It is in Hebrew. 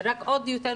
זה רק מדגיש